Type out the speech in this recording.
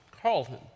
Carlton